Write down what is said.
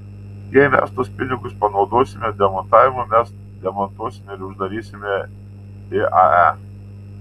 jei mes tuos pinigus panaudosime demontavimui mes demontuosime ir uždarysime iae